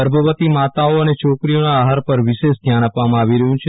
ગર્ભવતી માતાઓ અને છોકરીઓના આહાર પર વિશેષ ધ્યાન આપવામાં આવી રહ્યુ છે